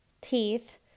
teeth